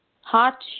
hot